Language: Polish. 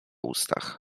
ustach